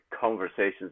conversations